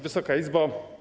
Wysoka Izbo!